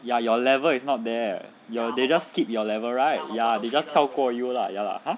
ya your level is not there ya they just keep your level right ya they just 跳过 you lah ya lah !huh!